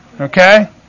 Okay